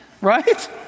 right